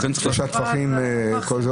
"חצרים"